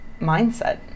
mindset